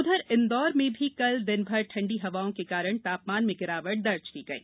उधर इंदौर में भी कल दिन भर ठण्डी हवाओं के कारण तापमान में गिरावट दर्ज की गई